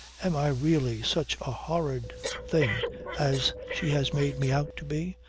am i really such a horrid thing as she has made me out to be?